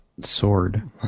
sword